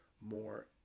more